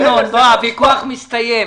ינון, הוויכוח מסתיים.